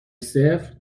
صفر